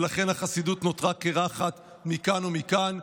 ולכן החסידות נותרה קרחת מכאן ומכאן,